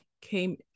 came